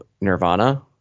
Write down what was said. Nirvana